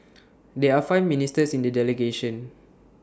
there are five ministers in the delegation